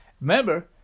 remember